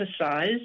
emphasize